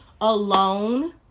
alone